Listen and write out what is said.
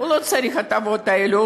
הוא לא צריך את ההטבות האלו,